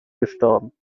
gestorben